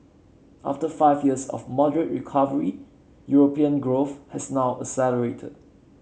after five years of moderate recovery European growth has now accelerated